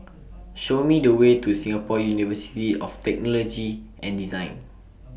Show Me The Way to Singapore University of Technology and Design